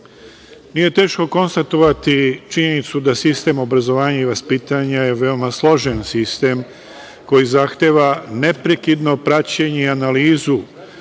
nije teško konstatovati činjenicu da sistem obrazovanja i vaspitanja je veoma složen sistem koji zahteva neprekidno praćenje i analizu,